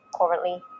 currently